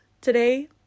today